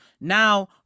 now